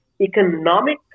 economic